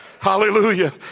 Hallelujah